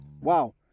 Wow